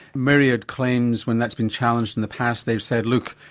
myriad claims when that's been challenged in the past they've said look,